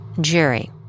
Jerry